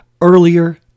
earlier